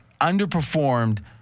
underperformed